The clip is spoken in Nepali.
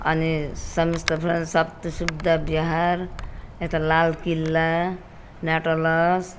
अनि समस्त फ्रन सप्त शुद्ध बिहार यता लाल किल्ला मेटालस